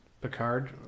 Picard